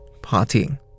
partying